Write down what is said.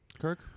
Kirk